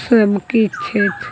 सभकिछु छथि